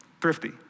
Thrifty